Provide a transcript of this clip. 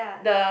the